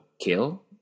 kill